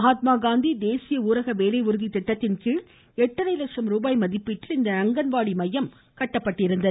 மகாத்மா காந்தி தேசிய ஊரக வேலை உறுதி திட்டத்தின்கீழ் எட்டரை லட்சம் ருபாய் மதிப்பீட்டில் இந்த அங்கன்வாடி மையம் கட்டப்பட்டுள்ளது